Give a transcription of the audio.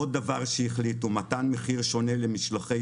עוד דבר שהחליטו הוא מתן מחיר שונה למשלוחי